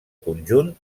conjunt